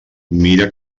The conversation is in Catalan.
mira